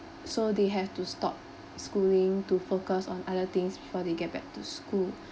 so they have to stop schooling to focus on other things before they get back to school